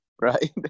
right